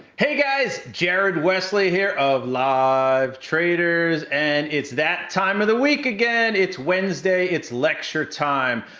hey, guys, jared wesley here of live traders, and it's that time of the week again. it's wednesday, it's lecture time.